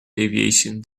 aviation